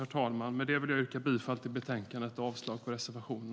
Med detta vill jag yrka bifall till förslaget i betänkandet och avslag på reservationen.